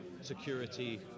security